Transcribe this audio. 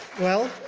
well,